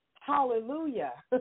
hallelujah